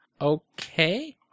Okay